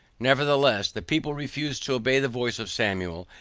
nevertheless the people refused to obey the voice of samuel,